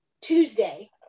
Tuesday